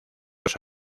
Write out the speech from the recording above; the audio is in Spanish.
los